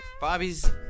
Bobby's